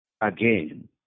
again